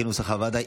כנוסח הוועדה,